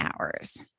hours